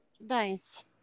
Nice